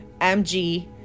mg